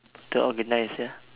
the organizer